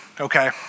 okay